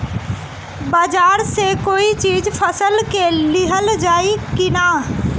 बाजार से कोई चीज फसल के लिहल जाई किना?